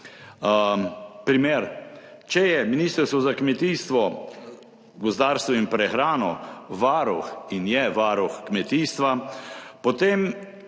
Primer, če je Ministrstvo za kmetijstvo, gozdarstvo in prehrano varuh in je varuh kmetijstva, potem